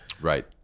right